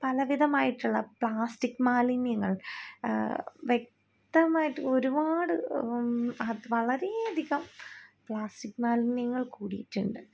പല വിധമായിട്ടുള്ള പ്ലാസ്റ്റിക് മാലിന്യങ്ങൾ വ്യക്തമായിട്ട് ഒരുപാട് വളരേയധികം പ്ലാസ്റ്റിക് മാലിന്യങ്ങൾ കൂടിയിട്ടുണ്ട്